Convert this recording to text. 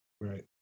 Right